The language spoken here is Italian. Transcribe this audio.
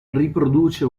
riproduce